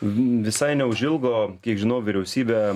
visai neužilgo kiek žinau vyriausybė